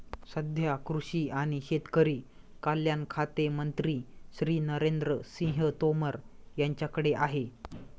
सध्या कृषी आणि शेतकरी कल्याण खाते मंत्री श्री नरेंद्र सिंह तोमर यांच्याकडे आहे